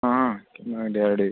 ಹಾಂ ಎರಡಿದೆ